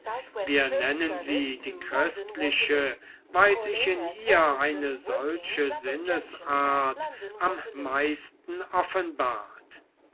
wir nennen sie die christliche weil sich in ihr eine solche sinnesart am meisten offenbart